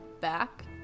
back